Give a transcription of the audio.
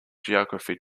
geography